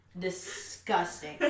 disgusting